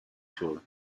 tour